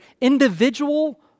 Individual